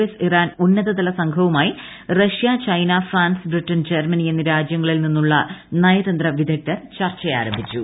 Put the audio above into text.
S Iran ഉന്നതതല സംഘവുമായി Russia China France Britain Germany എന്നീ രാജ്യങ്ങളിൽ നിന്നുള്ള നയതന്ത്ര വിദഗ്ദ്ധർ ചർച്ച ആരംഭിച്ചു